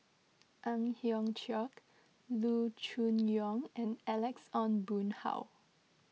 Ang Hiong Chiok Loo Choon Yong and Alex Ong Boon Hau